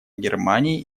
германией